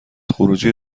خروجی